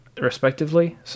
respectively